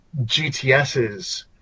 GTS's